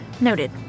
Noted